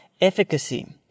efficacy